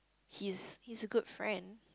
he's he's a good friend